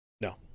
No